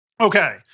Okay